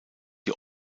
die